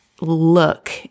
look